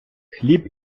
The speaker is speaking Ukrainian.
хліб